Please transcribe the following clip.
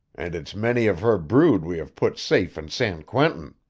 and it's many of her brood we have put safe in san quentin.